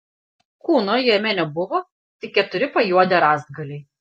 kūno jame nebuvo tik keturi pajuodę rąstgaliai